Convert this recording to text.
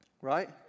right